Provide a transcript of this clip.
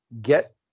get